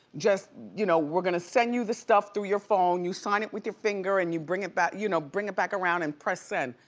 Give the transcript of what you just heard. just, you know, we're gonna send you the stuff through your phone, you sign it with your finger and you bring it back, you know, bring it back around and press send.